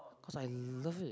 cause I love it